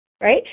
right